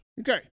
Okay